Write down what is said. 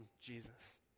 Jesus